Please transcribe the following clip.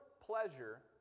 pleasure